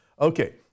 okay